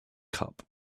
cup